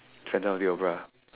Phantom-of-the-opera